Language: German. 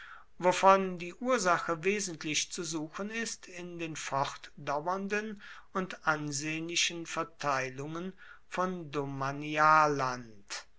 wovon die ursache wesentlich zu suchen ist in den fortdauernden und ansehnlichen verteilungen von domanialland